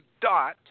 dot